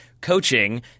coaching